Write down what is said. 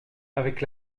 avec